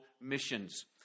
missions